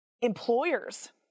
employers